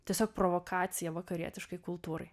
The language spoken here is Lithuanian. tiesiog provokacija vakarietiškai kultūrai